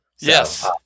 Yes